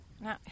Now